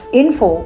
info